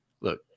look